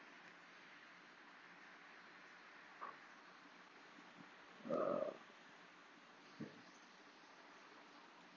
err